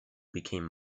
became